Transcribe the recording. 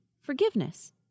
forgiveness